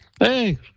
hey